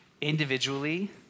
individually